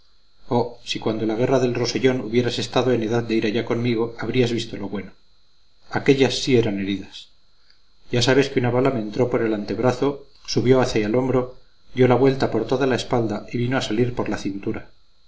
si cuando la guerra del rosellón hubieras estado en edad de ir allá conmigo habrías visto lo bueno aquéllas sí eran heridas ya sabes que una bala me entró por el antebrazo subió hacia el hombro dio la vuelta por toda la espalda y vino a salir por la cintura